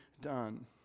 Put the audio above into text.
done